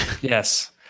yes